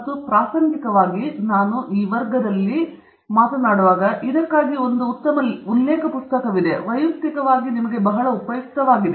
ಮತ್ತು ಪ್ರಾಸಂಗಿಕವಾಗಿ ನಾನು ಈ ವರ್ಗವನ್ನು ಹೋಗುವಾಗ ಇದಕ್ಕಾಗಿ ಒಂದು ಉತ್ತಮ ಉಲ್ಲೇಖ ಪುಸ್ತಕವಿದೆ ವೈಯಕ್ತಿಕವಾಗಿ ಬಹಳ ಉಪಯುಕ್ತವಾಗಿದೆ